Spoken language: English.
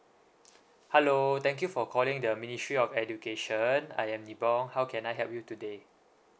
hello thank you for calling the ministry of education I am li bong how can I help you today